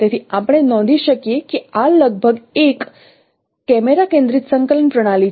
તેથી આપણે નોંધી શકીએ કે આ લગભગ એક કેમેરા કેન્દ્રિત સંકલન પ્રણાલી છે